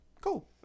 cool